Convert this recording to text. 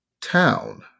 Town